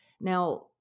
Now